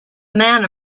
man